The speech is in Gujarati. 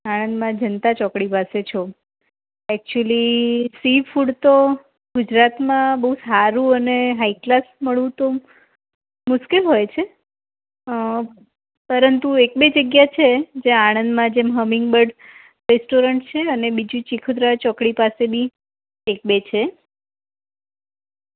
આણંદમાં જનતા ચોકડી પાસે છો એચ્યુલી સી ફૂડ તો ગુજરાતમાં બહુ સારું અને હાઈક્લાસ મળવું તો મુશ્કેલ હોય છે પરંતુ એક બે જગ્યા છે જ્યાં આણંદમાં જેમ હમ્મિંગબર્ડ રેસ્ટોરન્ટ છે બીજી ચિખોદરા ચોકડી પાસે બી એક બે છે